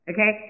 Okay